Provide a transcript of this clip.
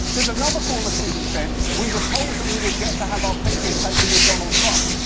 cause another former student said, we were told that we would get to have our pictures taken with donald trump.